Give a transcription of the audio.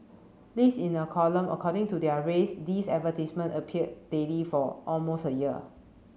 list in a column according to their race these advertisement appeared daily for almost a year